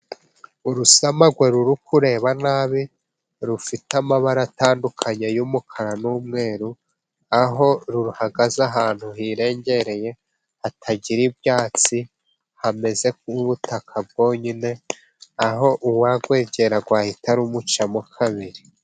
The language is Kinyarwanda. Urusamagwe ruri kureba nabi. Rufite amabara atandukanye y'umukara n'umweru, aho ruhagaze ahantu hirengeye hatagira ibyatsi, hameze nk'ubutaka bwonyine, aho uwarwegera rwahita rumucamo kabiri.